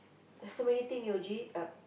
so many thing your g~